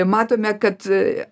matome kad